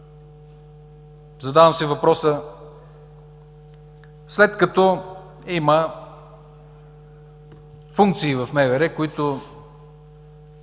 Задавам си въпроса: след като има функции в МВР, които